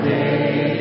day